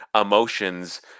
emotions